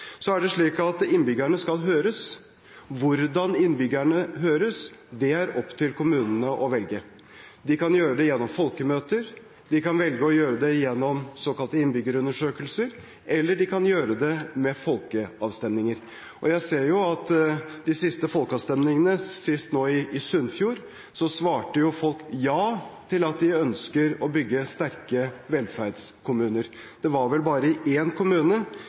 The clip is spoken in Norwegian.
Innbyggerne skal høres, men hvordan innbyggerne skal høres, er det opp til kommunene å velge. De kan gjøre det gjennom folkemøter, de kan velge å gjøre det gjennom såkalte innbyggerundersøkelser, eller de kan gjøre det med folkeavstemninger. Jeg ser av de siste folkeavstemningene – sist i Sunnfjord – at folk svarer ja til å bygge sterke velferdskommuner. Det var vel bare i én kommune,